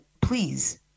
please